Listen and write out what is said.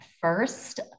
first